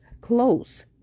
close